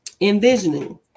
Envisioning